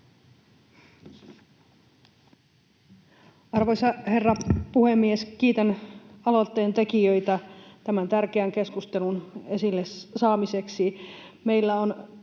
Arvoisa herra puhemies! Kiitän aloitteentekijöitä tämän tärkeän keskustelun esille saamiseksi.